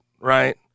right